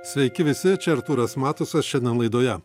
sveiki visi čia artūras matusas šiandien laidoje